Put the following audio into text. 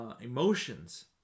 emotions